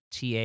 TA